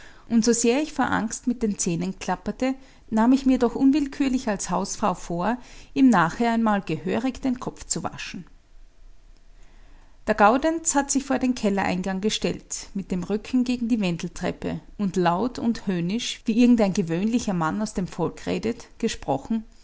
und so sehr ich vor angst mit den zähnen klapperte nahm ich mir doch unwillkürlich als hausfrau vor ihm nachher einmal gehörig den kopf zu waschen der gaudenz hat sich vor den kellereingang gestellt mit dem rücken gegen die wendeltreppe und laut und höhnisch wie irgendein gewöhnlicher mann aus dem volk redet gesprochen